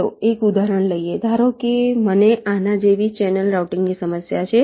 ચાલો એક ઉદાહરણ લઈએ ધારો કે મને આના જેવી ચેનલ રાઉટિંગ ની સમસ્યા છે